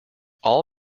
all